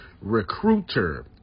recruiter